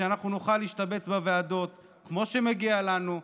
שנוכל להשתבץ בוועדות כמו שמגיע לנו.